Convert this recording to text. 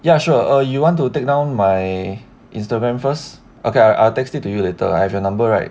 ya sure or you want to take down my Instagram first okay I'll text it to you later I have your number right